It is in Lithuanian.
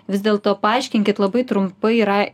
vis dėlto paaiškinkit labai trumpai ir